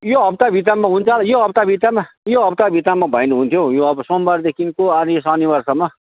यो हप्ताभित्रमा हुन्छ यो हप्ताभित्रमा यो हप्ताभित्रमा भयो भने हुन्थ्यो यो अब सोमबारदेखिको आउने शनिबारसम्म